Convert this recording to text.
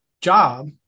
job